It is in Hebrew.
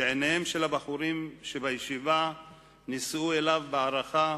שעיניהם של הבחורים שבישיבה נישאו אליו בהערכה,